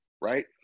right